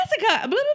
Jessica